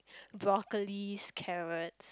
broccoli carrots